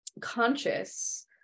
conscious